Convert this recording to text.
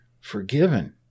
forgiven